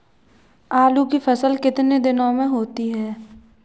आलू की फसल कितने दिनों में होती है?